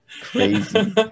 crazy